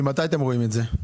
ממתי רואים את זה?